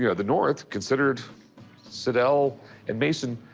yeah the north considered slidell and mason